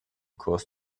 kurs